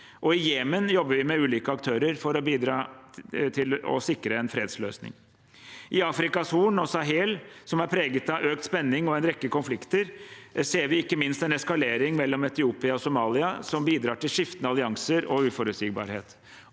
I Jemen jobber vi med ulike aktører for å bidra til å sikre en fredsløsning. I Afrikas Horn og Sahel, som er preget av økt spenning og en rekke konflikter, ser vi ikke minst en eskalering mellom Etiopia og Somalia som bidrar til skiftende allianser og uforutsigbarhet.